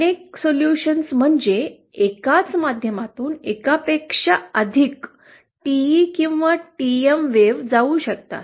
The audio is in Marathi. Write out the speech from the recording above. अनेक उपाय म्हणजे एकाच माध्यमातून एकापेक्षा अधिक टीई किंवा टीएम वेव्ह जाऊ शकतात